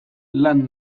lan